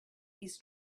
his